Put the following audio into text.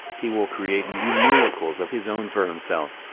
he will create new miracles of his own for himself,